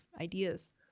ideas